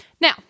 Now